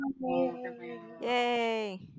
Yay